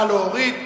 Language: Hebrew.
נא להוריד.